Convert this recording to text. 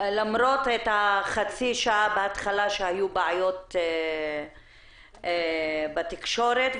למרות שחצי שעה ראשונה היו בעיות בתקשורת.